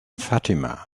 fatima